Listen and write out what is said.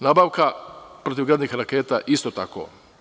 Nabavka protivgradnih raketa isto tako.